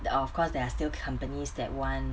of course there are still companies that want